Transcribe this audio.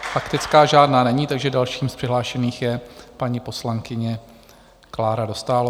Faktická žádná není, takže další z přihlášených je paní poslankyně Klára Dostálová.